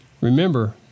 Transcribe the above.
remember